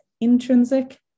intrinsic